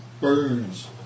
burns